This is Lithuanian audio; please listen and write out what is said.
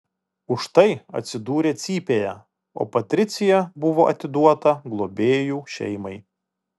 už tai atsidūrė cypėje o patricija buvo atiduota globėjų šeimai